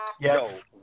Yes